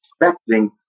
expecting